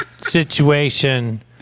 situation